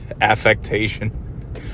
affectation